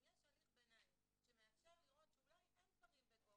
אם יש הליך ביניים שמאפשר לראות שאין דברים בגו,